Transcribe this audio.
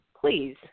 please